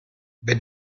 wenn